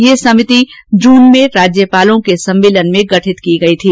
यह समिति जून में राज्यपालों के सम्मेलन में गठित की गयी थी